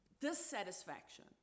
dissatisfaction